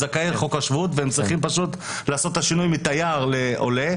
הם זכאי חוק השבות והם צריכים פשוט לעשות את השינוי מתייר לעולה.